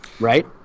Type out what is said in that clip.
Right